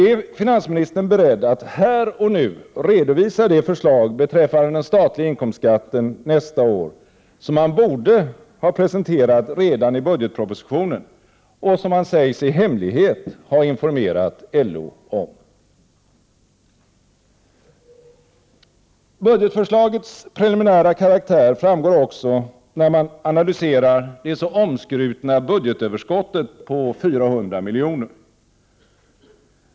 Är finansministern beredd att här och nu redovisa det förslag beträffande den statliga inkomstskatten nästa år som han borde ha presenterat redan i budgetpropositionen och som han sägs i hemlighet ha informerat LO om? Budgetförslagets preliminära karaktär framgår också när man analyserar det så omskrutna budgetöverskottet på 400 milj.kr.